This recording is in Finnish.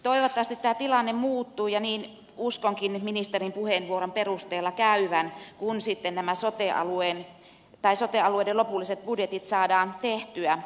toivottavasti tämä tilanne muuttuu ja niin uskonkin ministerin puheenvuoron perusteella käyvän kun sitten nämä sote alueiden lopulliset budjetit saadaan tehtyä